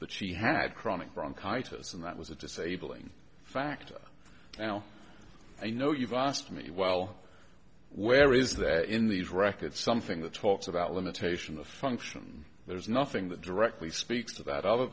that she had chronic bronchitis and that was a disabling factor now you know you've asked me well where is there in these records something that talks about limitation of function there's nothing that directly speaks to that other